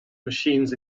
machines